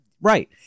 Right